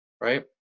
right